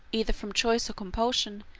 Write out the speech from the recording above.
either from choice or compulsion,